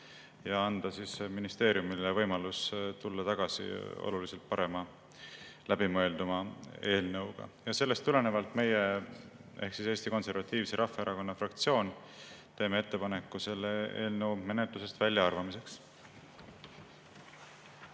ja anda ministeeriumile võimalus tulla tagasi oluliselt parema, läbimõelduma eelnõuga. Sellest tulenevalt teeme meie ehk Eesti Konservatiivse Rahvaerakonna fraktsioon ettepaneku see eelnõu menetlusest välja arvata.